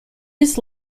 his